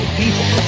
people